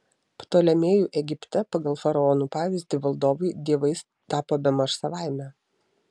ptolemėjų egipte pagal faraonų pavyzdį valdovai dievais tapo bemaž savaime